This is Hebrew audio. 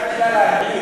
אולי בגלל האנגלית.